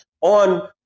on